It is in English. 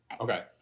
okay